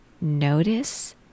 notice